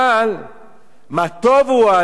"מה טובו אוהליך יעקב"